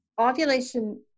ovulation